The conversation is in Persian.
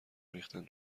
ریختن